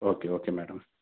okay okay madam